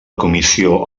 comissió